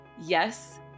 Yes